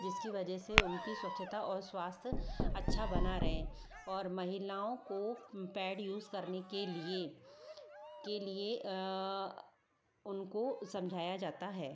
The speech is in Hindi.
जिसकी वजह से उनकी स्वछता ओर स्वास्थ्य अच्छा बना रहे ओर महिलाओं को पैड यूज़ करने के लिए के लिए उनको समझाया जाता है